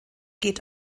geht